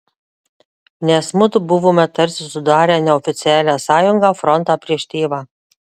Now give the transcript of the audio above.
nes mudu buvome tarsi sudarę neoficialią sąjungą frontą prieš tėvą